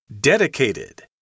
Dedicated